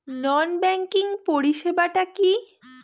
নন banking পরিষেবা টা কি?